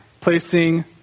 placing